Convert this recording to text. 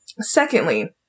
Secondly